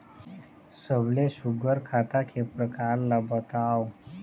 सबले सुघ्घर खाता के प्रकार ला बताव?